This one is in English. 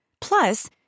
Plus